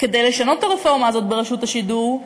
כדי לשנות את הרפורמה הזאת ברשות השידור,